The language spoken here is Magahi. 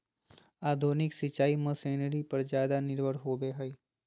आधुनिक सिंचाई मशीनरी पर ज्यादा निर्भर होबो हइ